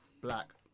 black